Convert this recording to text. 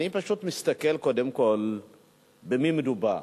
אני פשוט מסתכל קודם כול במי מדובר.